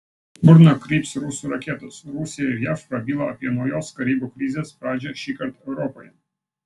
kur nukryps rusų raketos rusija ir jav prabilo apie naujos karibų krizės pradžią šįkart europoje